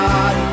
God